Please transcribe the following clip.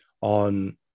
on